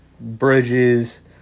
Bridges